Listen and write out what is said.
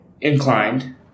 Inclined